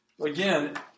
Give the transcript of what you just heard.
Again